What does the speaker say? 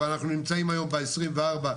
אבל אנחנו נמצאים היום בעשרים וארבע,